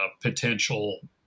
potential